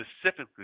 specifically